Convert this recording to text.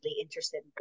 interested